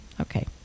Okay